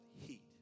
heat